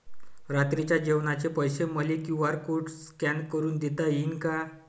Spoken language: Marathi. रात्रीच्या जेवणाचे पैसे मले क्यू.आर कोड स्कॅन करून देता येईन का?